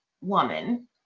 woman